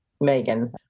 Megan